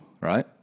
right